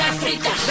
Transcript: Africa